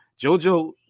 JoJo